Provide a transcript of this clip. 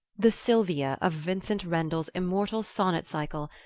the silvia of vincent rendle's immortal sonnet-cycle,